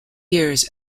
years